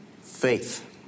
faith